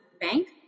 bank